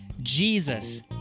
Jesus